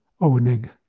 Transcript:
owning